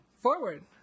forward